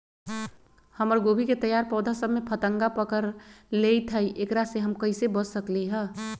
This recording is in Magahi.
हमर गोभी के तैयार पौधा सब में फतंगा पकड़ लेई थई एकरा से हम कईसे बच सकली है?